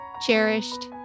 cherished